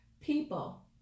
People